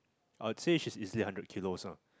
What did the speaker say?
I would say she is easily hundred kilos ah